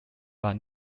but